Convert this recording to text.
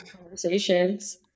conversations